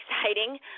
exciting